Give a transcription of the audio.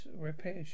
repair